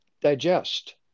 digest